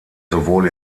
sowohl